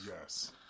yes